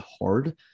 hard